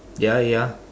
ya ya